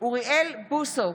אוריאל בוסו,